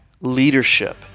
leadership